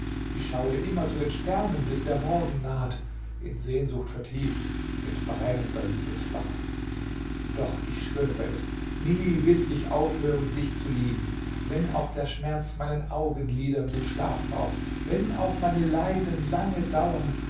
ich schaue immer zu den sternen bis der morgen naht in sehnsucht vertieft mit brennender liebesflamme doch ich schwöre es nie will ich aufhören dich zu lieben wenn auch der schmerz meinen augenlidern den schlaf raubt wenn auch meine leiden lange dauern